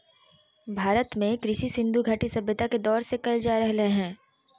भारत में कृषि सिन्धु घटी सभ्यता के दौर से कइल जा रहलय हें